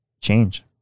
change